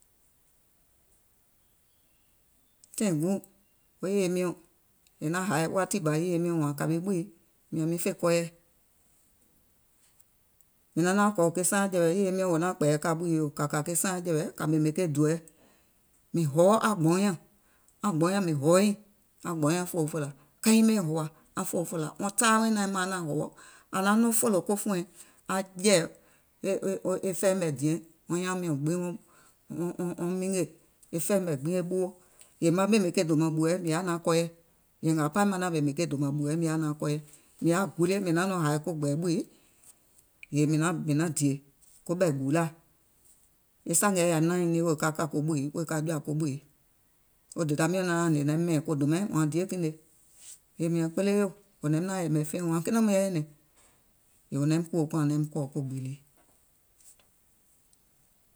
Tàìŋ guùŋ è naŋ hàì wati bà wo yèye miɔ̀ŋ naim woò wààŋ kàwì ɓɔ̀i, mìàŋ miŋ fè kɔɔyɛ. Mìŋ naŋ naàŋ kɔ̀ ke saaàŋ jɛ̀wɛ̀, wo yèye miɔ̀ŋ naàŋ kpɛ̀ɛ̀yɛ̀ kà ɓùi yèo, kà kà ke saaàŋ jɛ̀wɛ̀ kà ɓèmè ke dùòɛ mìŋ hɔwɔ aŋ gbɔuŋ nyàŋ, aŋ gbɔuŋ nyȧŋ mìŋ hɔ̀wɔ̀ nyiìŋ, aŋ gbɔuŋ fòo fòlà, ka nyiŋ ɓɛìŋ hɔ̀wà, aŋ fòo fòlà, wɔŋ taai wɛɛ̀ŋ naàŋ maaŋ naàŋ hɔ̀wɔ̀, àŋ naŋ fòlò ko fùùiŋ àŋ jɛ̀ì fɛɛ̀ mɛ̀ diɛŋ, wɔŋ nyaàŋ miɔ̀ŋ gbiŋ wɔŋ wɔŋ wɔŋ mingè, e fɛɛ̀ mɛ̀ gbiŋ e ɓuwo, yèè maŋ ɓèmè ke dòmàŋ ɓùɛ mìŋ yaà naàŋ kɔɔyɛ, yèè ngȧȧ paŋ mìŋ naŋ ɓèmè ke dòmàŋ ɓùɛ mìŋ yaà naàŋ kɔɔyɛ, mìŋ yaȧ gulie, mìŋ naŋ nɔŋ hàì ko gbɛ̀ɛ̀ ɓùi, yèè mìŋ naŋ dìè koɓè gùùlaà. E sȧngèɛ yàìm naȧŋ nyinie wèè ka kȧ ko ɓùi wèè ka jɔ̀à ko ɓùi, wo dèda miɔ̀ŋ naŋ nɔŋ hnè naim mɛ̀ɛ̀ŋ ko dòmaìŋ, wààŋ diè kììne? Yèè miàŋ kpele yò, wò naim naȧŋ yɛ̀mɛ̀ feìŋ wààŋ kiìŋ naum yɛi nyɛ̀nɛ̀ŋ? Yèè wò naim kùwò kùàŋ wò naim kɔ̀ɔ̀ ko gbììlìi.